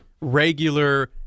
regular